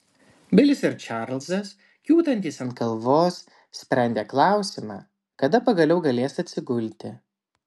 bilis ir čarlzas kiūtantys ant kalvos sprendė klausimą kada pagaliau galės atsigulti